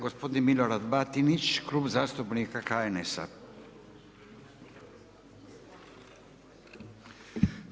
Gospodin Milorad Batinić, klub zastupnika HNS-a.